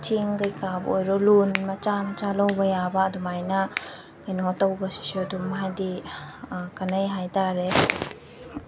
ꯆꯦꯡ ꯀꯩꯀꯥꯕꯨ ꯑꯣꯏꯔꯣ ꯂꯣꯟ ꯃꯆꯥ ꯃꯆꯥ ꯂꯧꯕ ꯌꯥꯕ ꯑꯗꯨꯃꯥꯏꯅ ꯀꯩꯅꯣ ꯇꯧꯕꯁꯤꯁꯨ ꯑꯗꯨꯝ ꯍꯥꯏꯗꯤ ꯀꯥꯟꯅꯩ ꯍꯥꯏꯇꯥꯔꯦ